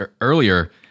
earlier